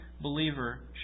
believer